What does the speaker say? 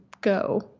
go